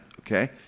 okay